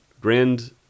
Grand